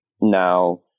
Now